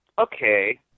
okay